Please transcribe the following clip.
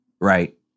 right